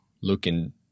looking